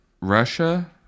Russia